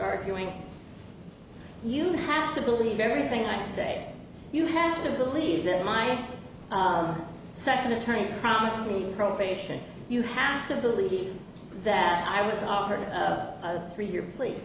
arguing you have to believe everything i say you have to believe that my second attorney promised me probation you have to believe that i was offered three year pl